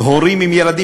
הורים עם ילדים,